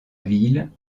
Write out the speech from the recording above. ville